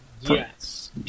Yes